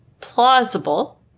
plausible